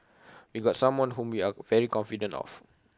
we got someone whom we are very confident of